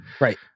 Right